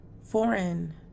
foreign